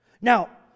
Now